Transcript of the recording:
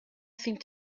seemed